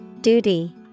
Duty